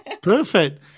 perfect